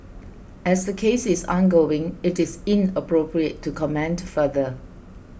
as the case is ongoing it is inappropriate to comment further